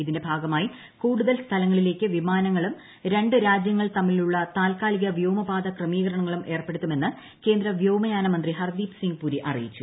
ഇതിന്റെ ഭാഗമായി കൂടുതൽ സ്ഥലങ്ങളിലേക്ക് വിമാനങ്ങളും രണ്ട് രാജൃങ്ങൾ തമ്മിലുള്ള താൽക്കാലിക വ്യോമപാത ക്രമീകരണങ്ങളും ഏർപ്പെടുത്തുമെന്ന് കേന്ദ്ര വ്യോമയാന മന്ത്രി ഹർദ്ദീപ് സിങ് പുരി അറിയിച്ചു